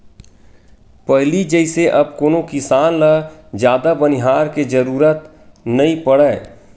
पहिली जइसे अब कोनो किसान ल जादा बनिहार के जरुरत नइ पड़य